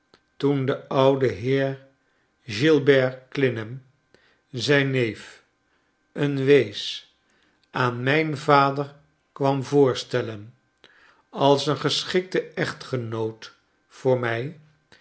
toen de oude heer gilbert clennam zijn neef een wees aan mijn vader kwam voorstellen als een geschikten echtgenoot voor mij